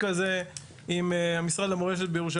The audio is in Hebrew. גם את זה צריך לראות.